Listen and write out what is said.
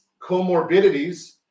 comorbidities